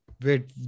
Wait